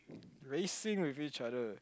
racing with each other